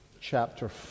chapter